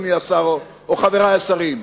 חברי השרים.